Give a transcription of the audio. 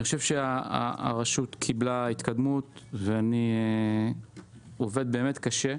אני חושב שהרשות קיבלה התקדמות ואני עובד באמת קשה,